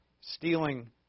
stealing